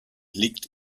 liegt